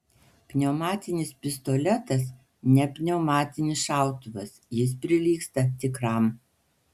pneumatinis pistoletas ne pneumatinis šautuvas jis prilygsta tikram